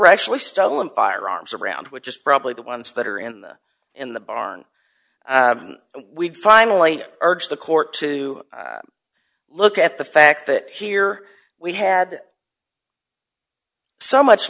actually stolen firearms around which is probably the ones that are in the in the barn we'd finally urge the court to look at the fact that here we had so much